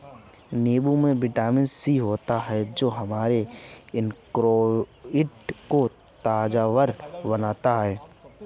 नींबू में vitamin C होता है जो हमारे इम्यूनिटी को ताकतवर बनाता है